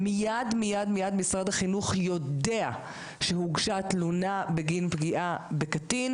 מיד משרד החינוך יודע שהוגשה תלונה בגין פגיעה בקטין